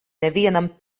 nevienam